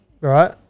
Right